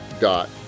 dot